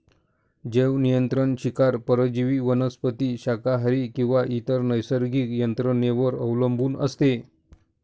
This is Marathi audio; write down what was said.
जैवनियंत्रण शिकार परजीवी वनस्पती शाकाहारी किंवा इतर नैसर्गिक यंत्रणेवर अवलंबून असते